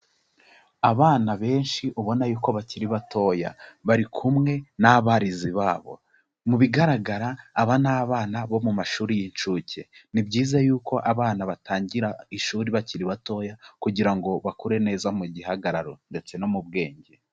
Abana benshi ubona yuko bakiri batoya bari kumwe n'abarezi babo, mu bigaragara aba ni abana bo mu mashuri y'incuke. Ni byiza yuko abana batangira ishuri bakiri batoya kugira ngo bakure neza mu gihagararo ndetse no mu bwenge.